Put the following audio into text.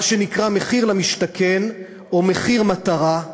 מה שנקרא "מחיר למשתכן" או "מחיר מטרה".